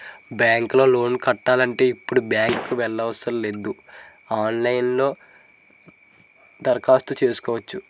bank లో loan పెట్టాలంటే ఇప్పుడు బ్యాంకుకి ఎల్లక్కరనేదు ఆన్ లైన్ లో దరఖాస్తు సేసుకోవచ్చును